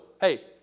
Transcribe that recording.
hey